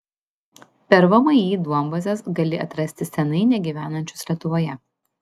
per vmi duombazes gali atrasti senai negyvenančius lietuvoje